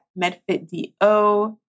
MedFitDO